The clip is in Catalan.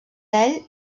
ell